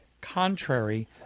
contrary